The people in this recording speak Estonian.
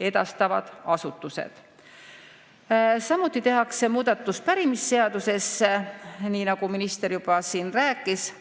edastavad asutused. Samuti tehakse muudatus pärimisseaduses – nii nagu minister siin juba rääkis